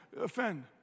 offend